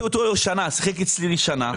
שיחק אצלי שנה,